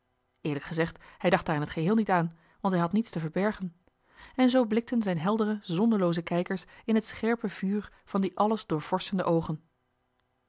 eerlijk gezegd hij dacht daar in t geheel niet aan want hij had niets te verbergen en zoo blikten zijn heldere zondelooze kijkers in het scherpe vuur van die alles doorvorschende oogen